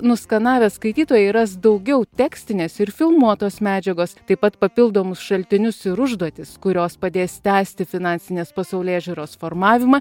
nuskenavę skaitytojai ras daugiau tekstinės ir filmuotos medžiagos taip pat papildomus šaltinius ir užduotis kurios padės tęsti finansinės pasaulėžiūros formavimą